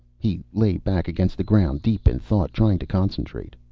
he lay back against the ground, deep in thought, trying to concentrate.